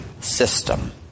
system